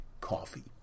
coffee